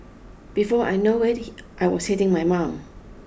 before I know it he I was hitting my mum